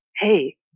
hey